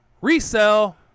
resell